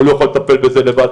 הוא לא יכול לטפל בזה לבד.